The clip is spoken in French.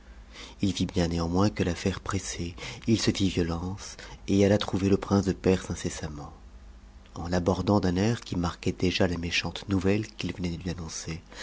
il vit bien néanmoins que l'affaire pressait il se fit violence et alla trouver le prince de perse incessamment en l'abordant d'un air qui marquait déjà la méchante nouvelle qu'il venait lui annoncer